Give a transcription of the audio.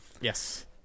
Yes